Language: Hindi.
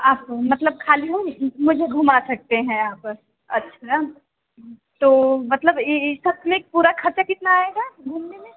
आप मतलब ख़ाली होंगे मुझे घुमा सकते हैं आप अच्छा तो मतलब एक साथ में पूरा ख़र्च कितना आएगा घूमने में